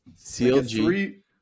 CLG